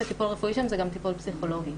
וטיפול רפואי שם זה גם טיפול פסיכולוגי.